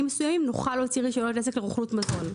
מסוימים נוכל להוציא רישיונות עסק לרוכלות מזון.